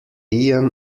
ian